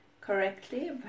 correctly